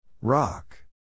Rock